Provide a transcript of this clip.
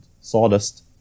sawdust